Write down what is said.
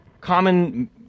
common